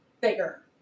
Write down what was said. bigger